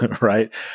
right